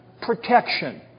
protection